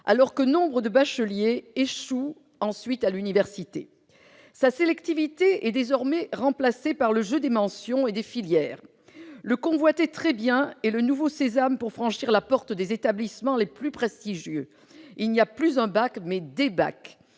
alors que nombre de bacheliers échouent ensuite à l'université. Sa sélectivité est désormais remplacée par le jeu des mentions et des filières. La convoitée mention « Très bien » est le nouveau sésame pour franchir la porte des établissements les plus prestigieux. Il y a non plus un bac, mais des bacs.